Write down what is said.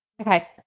Okay